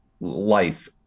life